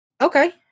okay